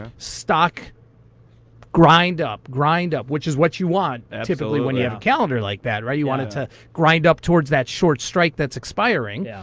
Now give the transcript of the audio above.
ah stock grind up, grind up, which is what you want typically when you have a calendar like that, right? you want it to grind up towards that short strike that's expiring. yeah